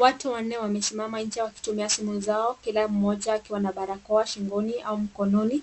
Watu wanne wamesimama nje wakitumia simu zao , kila mmoja akiwa na barakoa shingoni au mkononi.